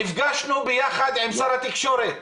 נפגשנו יחד עם שר התקשורת.